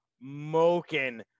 smoking